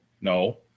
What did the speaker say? No